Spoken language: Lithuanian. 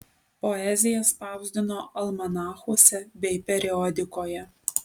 poeziją spausdino almanachuose bei periodikoje